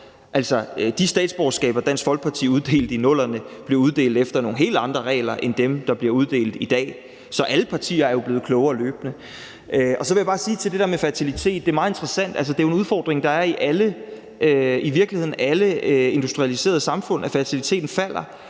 De statsborgerskaber, Dansk Folkeparti uddelte i 00'erne, blev uddelt efter nogle helt andre regler end dem, der bliver uddelt i dag. Så alle partier er jo blevet klogere løbende. Så vil jeg bare til det med fertilitet sige, at det er meget interessant, at det jo er en udfordring, der i virkeligheden er i alle industrialiserede samfund, at fertiliteten falder.